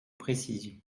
précision